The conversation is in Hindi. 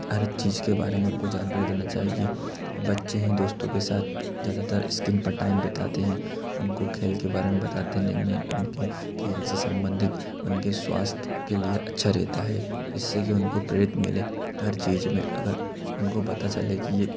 हर चीज़ के बारे में उनको जानकारी देना चाहिए वो बच्चे हैं दोस्तों के साथ ज़्यादातर स्किन पर टाइम बिताते हैं उनका खेल के बारे में बताते नहीं हैं उनके खेल से संबंधित उनके स्वास्थ्य के लिए अच्छा रहता है जिससे कि उनको प्रेरित मिले हर चीज़ में अगर उनको पता चले कि ये